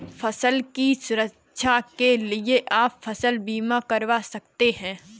फसल की सुरक्षा के लिए आप फसल बीमा करवा सकते है